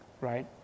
right